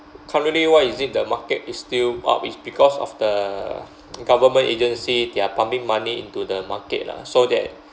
currently why is it the market is still up is because of the government agency they're pumping money into the market lah so that